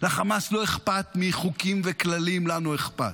לחמאס לא אכפת מחוקים וכללים, לנו אכפת,